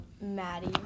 Maddie